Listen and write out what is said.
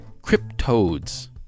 cryptodes